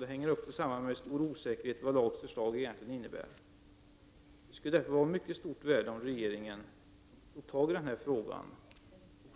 Det hänger också samman med en stor osäkerhet om vad LAG:s förslag egentligen innebär. Det skulle vara av mycket stort värde om regeringen tog tag i den här frågan